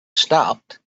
stopped